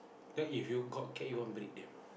then if you got cat you want breed them ah